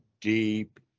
deep